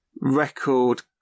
record